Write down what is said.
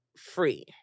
Free